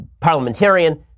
Parliamentarian